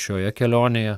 šioje kelionėje